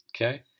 Okay